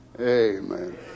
Amen